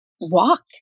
walk